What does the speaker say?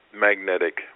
magnetic